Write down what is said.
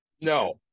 No